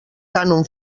cànon